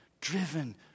driven